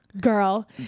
girl